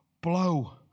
Blow